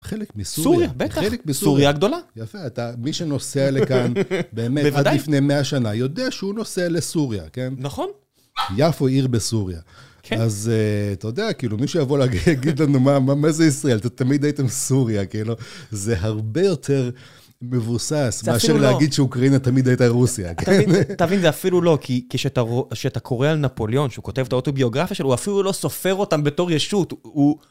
חלק מסוריה. סוריה, בטח. סוריה גדולה. יפה. מי שנוסע לכאן, באמת, עד לפני 100 שנה, יודע שהוא נוסע לסוריה, כן? נכון? יפו עיר בסוריה. כן. אז אתה יודע, כאילו, מי שיבוא להגיד לנו, מה זה ישראל? תמיד הייתם בסוריה, כאילו. זה הרבה יותר מבוסס מאשר להגיד שאוקראינה תמיד הייתה רוסיה. אתה מבין, אתה מבין, זה אפילו לא, כי כשאתה קורא על נפוליון, שהוא כותב את האוטוביוגרפיה שלו, הוא אפילו לא סופר אותם בתור ישות, הוא...